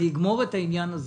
אני אגמור את העניין הזה.